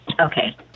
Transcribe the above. Okay